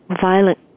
violent